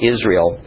Israel